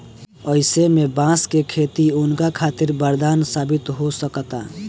अईसे में बांस के खेती उनका खातिर वरदान साबित हो सकता